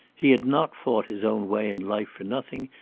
he had not fought his own way in life for nothing,